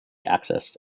axis